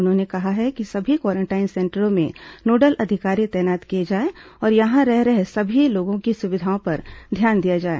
उन्होंने कहा है कि सभी क्वारेंटाइन सेंटरों में नोडल अधिकारी तैनात किए जाए और यहां रह रहे सभी लोगों की सुविधाओं पर ध्यान दिया जाए